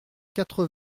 quatre